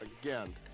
again